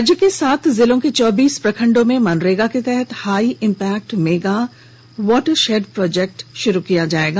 राज्य के सात जिलों के चौबीस प्रखंडों में मनरेगा के तहत high impact mega watershed project शुरू किया जाएगा